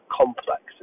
complex